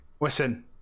listen